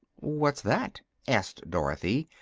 what's that? asked dorothy,